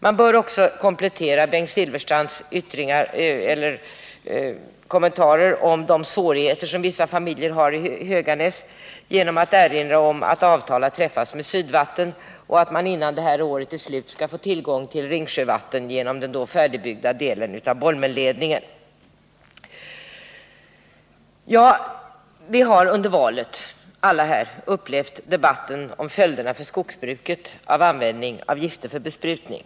Man bör också komplettera Bengt Silfverstrands kommentarer om de svårigheter som vissa familjer har i Höganäs genom att erinra om att avtal har träffats med Sydvatten om att Höganäs innan det här året är slut skall få tillgång till Ringsjövatten genom den då färdigbyggda delen av Bolmenledningen. Vi har alla under valet upplevt debatten om följderna för skogsbruket av användning av gifter för besprutning.